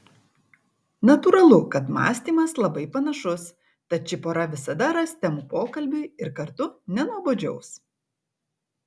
natūralu kad mąstymas labai panašus tad ši pora visada ras temų pokalbiui ir kartu nenuobodžiaus